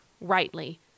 rightly